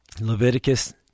Leviticus